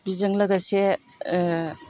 बिजों लोगोसे